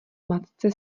matce